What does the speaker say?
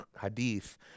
Hadith